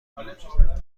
ماند